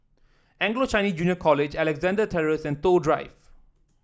Anglo Chinese Junior College Alexandra Terrace and Toh Drive